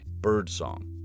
birdsong